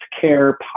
care